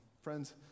Friends